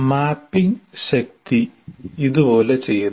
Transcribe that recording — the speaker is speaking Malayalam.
മാപ്പിംഗ് ശക്തി ഇതുപോലെ ചെയ്യുന്നു